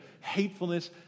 hatefulness